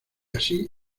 así